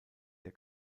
der